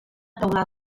teulada